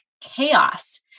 chaos